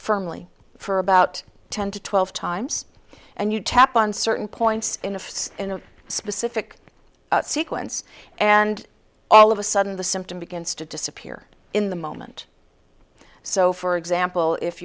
firmly for about ten to twelve times and you tap on certain points in a specific sequence and all of a sudden the symptom begins to disappear in the moment so for example if